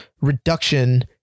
reduction